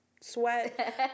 sweat